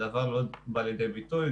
הדבר לא בא לידי ביטוי.